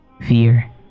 fear